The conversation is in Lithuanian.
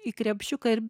į krepšiuką ir